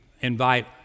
invite